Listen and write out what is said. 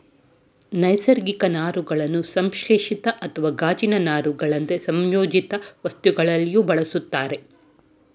ನೈಸರ್ಗಿಕ ನಾರುಗಳನ್ನು ಸಂಶ್ಲೇಷಿತ ಅಥವಾ ಗಾಜಿನ ನಾರುಗಳಂತೆ ಸಂಯೋಜಿತವಸ್ತುಗಳಲ್ಲಿಯೂ ಬಳುಸ್ತರೆ